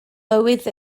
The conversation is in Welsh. mywyd